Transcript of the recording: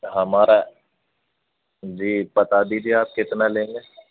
تو ہمارا جی بتا دیجیے آپ کتنا لیں گے